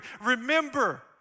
remember